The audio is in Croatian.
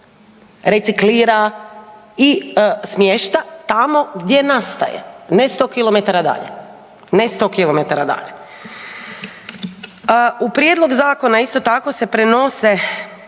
reciklira i smješta tamo gdje nastaje, ne 100 km dalje. Ne 100 km dalje. U prijedlog zakona, isto tako se prenose